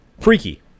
Freaky